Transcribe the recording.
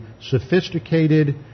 sophisticated